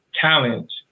talent